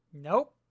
nope